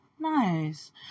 Nice